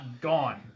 gone